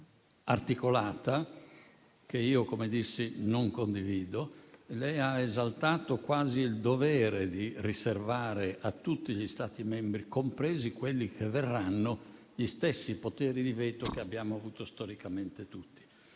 articolata che io, come dissi, non condivido, esaltando quasi il dovere di riservare a tutti gli Stati membri, compresi quelli che verranno, gli stessi poteri di veto che abbiamo avuto storicamente tutti.